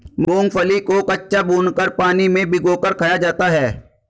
मूंगफली को कच्चा, भूनकर, पानी में भिगोकर खाया जाता है